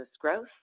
growth